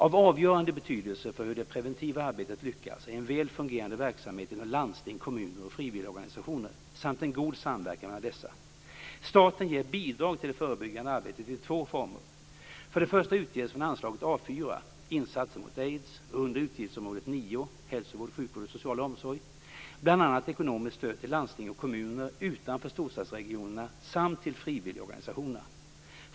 Av avgörande betydelse för hur det preventiva arbetet lyckas är en väl fungerande verksamhet inom landsting, kommuner och frivilligorganisationer samt en god samverkan mellan dessa. Staten ger bidrag till det förebyggande arbetet i två former. För det första utges från anslaget A 4 Insatser mot aids under utgiftsområde 9 Hälsovård, sjukvård och social omsorg bl.a. ekonomiskt stöd till landsting och kommuner utanför storstadsregionerna samt till frivilligorganisationerna.